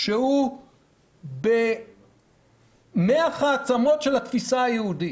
שהוא במח העצמות של התפיסה היהודית,